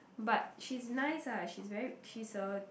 but she's nice ah she's very she's a